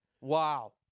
Wow